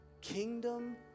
kingdom